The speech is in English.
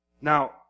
Now